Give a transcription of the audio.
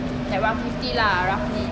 like one fifty lah roughly